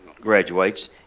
graduates